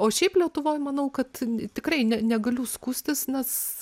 o šiaip lietuvoj manau kad tikrai ne negaliu skųstis nes